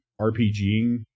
RPGing